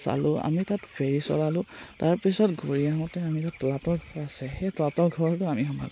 চালোঁ আমি তাত ফেৰী চলালোঁ তাৰপিছত ঘূৰি আহোঁতে আমি তাত তলাতৰ ঘৰ আছে সেই তলাতল ঘৰটো আমি সোমালোঁ